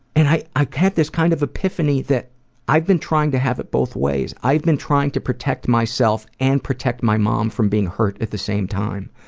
and i i had this kind of epiphany that i've been trying to have it both ways. i've been trying to protect myself and protect my mom from being hurt at the same time.